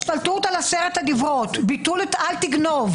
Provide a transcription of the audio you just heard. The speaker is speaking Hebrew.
השתלטות על עשרת הדברות, ביטול את אל תגנוב.